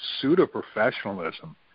pseudo-professionalism